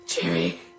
Jerry